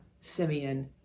Simeon